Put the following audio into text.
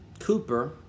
Cooper